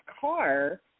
car